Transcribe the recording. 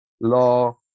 law